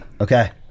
Okay